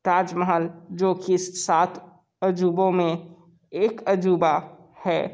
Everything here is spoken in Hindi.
ताजमहल जो कि सात अजूबों में एक अजूबा है